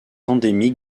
endémique